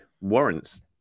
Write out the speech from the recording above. warrants